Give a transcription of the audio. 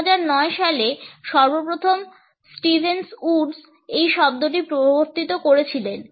2009 সালে সর্বপ্রথম Stevens Woods এই শব্দটি প্রবর্তিত করেছিলেন